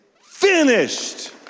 finished